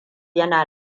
yana